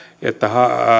että